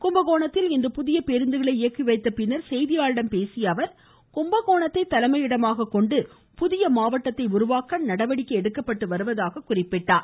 கும்பகோணத்தில் இன்று புதிய பேருந்துகளை இயக்கிவைத்த பின்னர் செய்தியாளர்களிடம் பேசிய அவர் கும்பகோணத்தை தலைமையிடமாக கொண்டு புதிய மாவட்டம் அமைக்க நடவடிக்கை எடுக்கப்பட்டு வருவதாக கூறினார்